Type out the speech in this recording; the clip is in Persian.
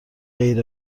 غیر